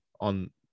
on